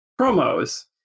promos